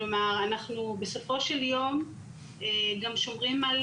כלומר אנחנו בסופו של יום גם שומרים על